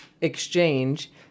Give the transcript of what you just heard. exchange